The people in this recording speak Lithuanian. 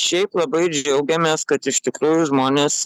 šiaip labai džiaugiamės kad iš tikrųjų žmonės